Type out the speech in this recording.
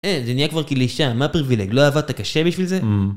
אה, זה נהיה כבר כאילו אישה, מה הפרווילג? לא עבדת קשה בשביל זה? אממ